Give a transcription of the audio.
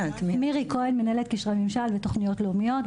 מנהלת קשרי ממשל ותוכניות לאומיות.